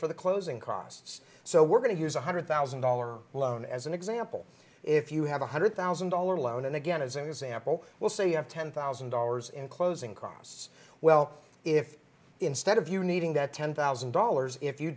for the closing costs so we're going to use one hundred thousand dollars loan as an example if you have a hundred thousand dollar loan and again as an example well so you have ten thousand dollars in closing costs well if instead of you needing that ten thousand dollars if you